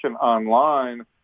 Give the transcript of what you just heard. online